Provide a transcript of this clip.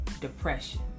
depression